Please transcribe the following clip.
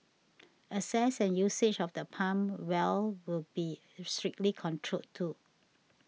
access and usage of the pump well will be strictly controlled too